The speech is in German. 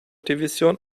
division